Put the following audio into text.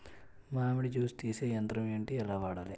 మామిడి జూస్ తీసే యంత్రం ఏంటి? ఎలా వాడాలి?